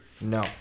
No